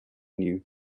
new